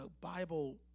Bible